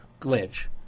glitch